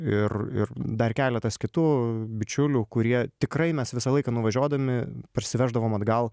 ir ir dar keletas kitų bičiulių kurie tikrai mes visą laiką nuvažiuodami parsiveždavom atgal